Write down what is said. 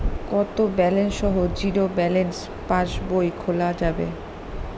কত ব্যালেন্স সহ zero balance পাসবই খোলা যাবে?